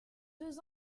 deux